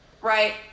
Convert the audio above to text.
Right